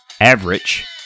Average